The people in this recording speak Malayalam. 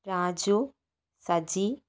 രാജു സജി